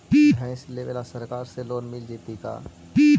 भैंस लेबे ल सरकार से लोन मिल जइतै का?